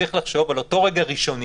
צרי לחשוב על אותו רגע ראשוני,